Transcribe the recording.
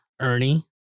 Ernie